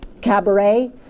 Cabaret